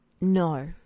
No